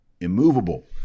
immovable